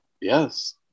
Yes